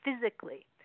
physically